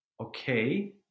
okay